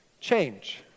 change